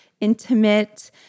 intimate